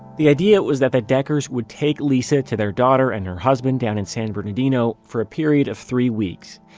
the idea was that the deckers would take lisa to their daughter and her husband down in san bernardino for a period of three weeks.